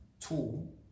tool